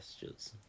gestures